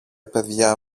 παιδιά